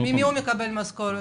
ממי הוא מקבל משכורת.